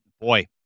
boy